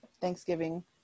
thanksgiving